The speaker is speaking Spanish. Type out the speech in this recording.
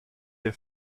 the